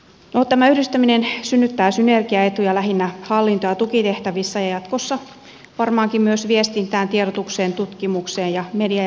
tämä yhdistäminen synnyttää synergiaetuja lähinnä hallinto ja tukitehtävissä ja jatkossa varmaankin myös viestintään tiedotukseen tutkimukseen ja media ja elokuvakasvatukseen liittyen